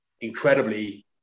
incredibly